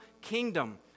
kingdom